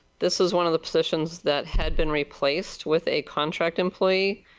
this is one of the positions that had been replaced with a contract employee.